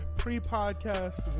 pre-podcast